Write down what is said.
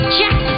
Check